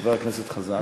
חבר הכנסת חזן.